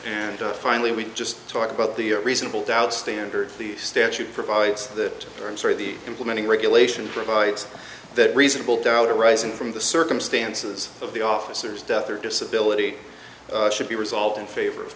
and finally we just talked about the reasonable doubt standard the statute provides that or i'm sorry the implementing regulation provides that reasonable doubt arising from the circumstances of the officers death or disability should be resolved in favor of